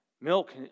Milk